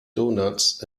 donuts